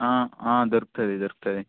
దొరుకుతుంది దొరుకుతుంది